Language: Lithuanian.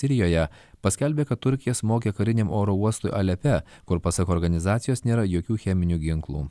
sirijoje paskelbė kad turkija smogė kariniam oro uostui alepe kur pasak organizacijos nėra jokių cheminių ginklų